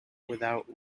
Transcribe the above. without